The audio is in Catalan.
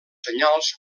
senyals